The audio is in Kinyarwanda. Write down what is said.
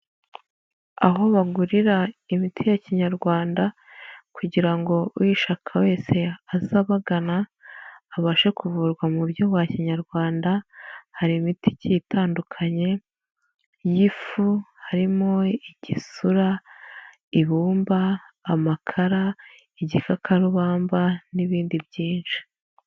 Aho bagurira imiti ya kinyarwanda kugira ngo uyishaka wese azabagana abashe kuvurwa mu buryo bwa kinyarwanda, hari imiti igiye itandukanye, iy'ifu harimo igisura, ibumba, amakara, igikakarubamba n'ibindi byinshi.